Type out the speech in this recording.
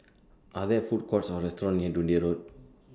Are There Food Courts Or restaurants near Dundee Road